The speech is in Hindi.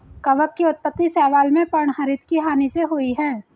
कवक की उत्पत्ति शैवाल में पर्णहरित की हानि होने से हुई है